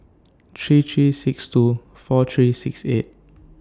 three three six two four three six eight